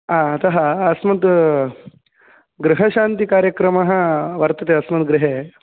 आ अतः अस्मद् गृहशान्तिकार्यक्रमः वर्तते अस्मद् गृहे